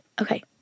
okay